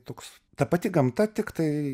toks ta pati gamta tiktai